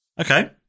Okay